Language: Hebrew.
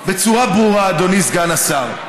בצורה ברורה, אדוני סגן השר: